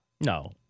No